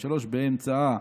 ושלוש באמצעה,